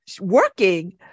working